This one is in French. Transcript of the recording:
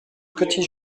petit